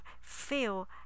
feel